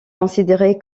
considéré